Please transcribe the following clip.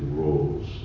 roles